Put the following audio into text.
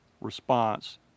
response